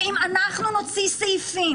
ואנחנו נוציא סעיפים